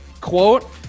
quote